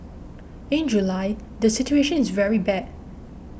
in July the situation is very bad